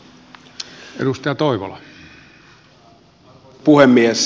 arvoisa puhemies